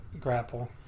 Grapple